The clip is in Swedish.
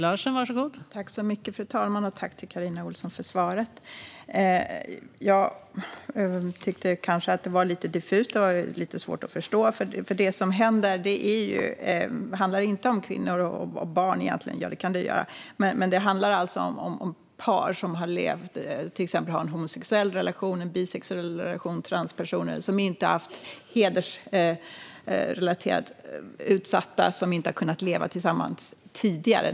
Fru talman! Tack, Carina Ohlsson, för svaret! Jag tyckte kanske att det var lite diffust och lite svårt att förstå, för det som händer handlar egentligen inte om kvinnor och barn - även om det kan göra det - utan det handlar till exempel om transpersoner och hedersutsatta eller om par som har en homosexuell eller bisexuell relation och som inte har kunnat leva tillsammans tidigare.